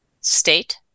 state